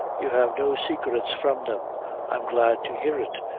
you have no saicrets from them i'm glad to hear it,